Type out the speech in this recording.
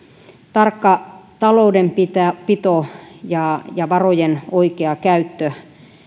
tarkka taloudenpito taloudenpito ja ja varojen oikea käyttö